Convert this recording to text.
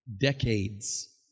Decades